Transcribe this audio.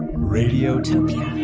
radiotopia.